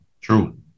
True